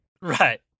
right